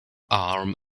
arm